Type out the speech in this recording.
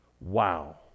Wow